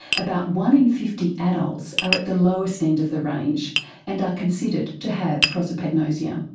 about one in fifty adults are at the lowest end of the range and are considered to have prosopagnosia.